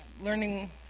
learning